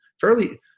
fairly